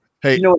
hey